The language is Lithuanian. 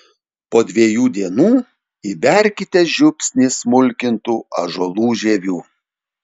po dviejų dienų įberkite žiupsnį smulkintų ąžuolų žievių